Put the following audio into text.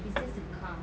it's just the car